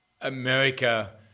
America